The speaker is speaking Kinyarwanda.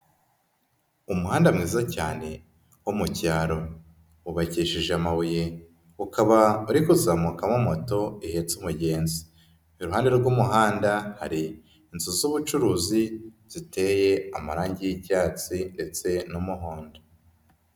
Umuhanda mwiza cyane wo mu cyaro wubakishije amabuye, ukaba ari uzamukamo moto ihetse umugenzi. Iruhande rw'umuhanda hari inzu z'ubucuruzi ziteye amarangi y'icyatsi ndetse n'umuhondo.